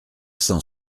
cent